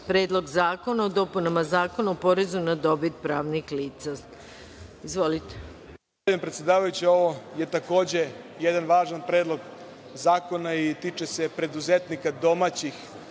Predlog zakona o dopunama Zakona o porezu na dodatu vrednost. Izvolite.